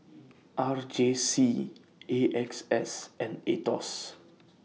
R J C A X S and Aetos